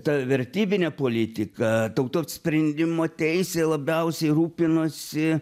ta vertybine politika tautų apsisprendimo teise labiausiai rūpinosi